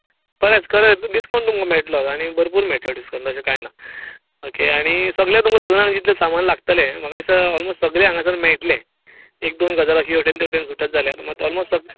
खरेंच खरेंच डिस्काउंट तुमकां मेळटलोच आनी भरपूर मेळटलो डिस्काउंट तशें कांय ना आनी सगळें तुमकां लग्नाक जितलें सामान लागतलें म्हाका दिसता ओलमोस्ट सगळें हांगासर मेळटलें एक दोन गजाली मात हे वटेन ते वटेन सुटत जाल्यार मात ओलमोस्ट सगळें